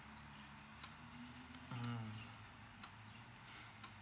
mm